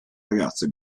ragazze